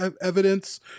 evidence